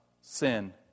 Sin